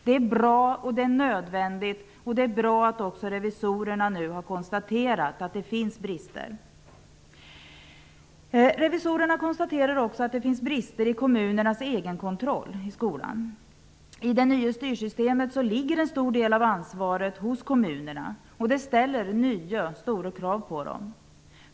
Det är bra och nödvändigt. Det är bra att även revisorerna nu har konstaterat att det finns brister. Revisorerna konstaterar också att det finns brister i kommunernas egenkontroll av skolan. I det nya styrsystemet ligger en stor del av ansvaret hos kommunerna. Det ställer nya stora krav på dem.